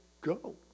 go